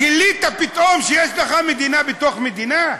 גילית פתאום שיש לך מדינה בתוך מדינה?